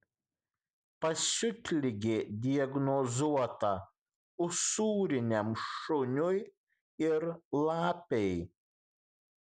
pasiutligė diagnozuota usūriniam šuniui ir lapei